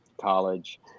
college